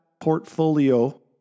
portfolio